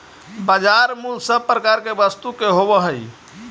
बाजार मूल्य सब प्रकार के वस्तु के होवऽ हइ